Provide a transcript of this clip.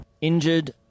Injured